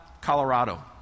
Colorado